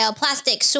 plastic